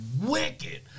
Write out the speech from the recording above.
wicked